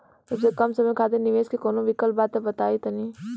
सबसे कम समय खातिर निवेश के कौनो विकल्प बा त तनि बताई?